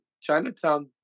Chinatown